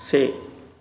से